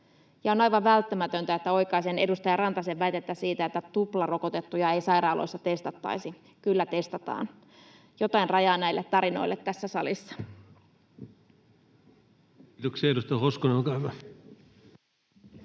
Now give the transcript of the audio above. on aivan välttämätöntä, että oikaisen edustaja Rantasen väitettä siitä, että tuplarokotettuja ei sairaaloissa testattaisi. Kyllä testataan. Jotain rajaa näille tarinoille tässä salissa. [Speech 76] Speaker: Ensimmäinen